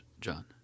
John